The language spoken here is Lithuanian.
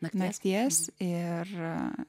nakties ir